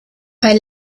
bei